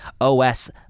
OS